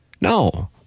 No